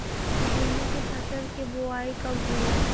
गेहूं के फसल के बोआई कब होला?